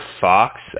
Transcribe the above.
Fox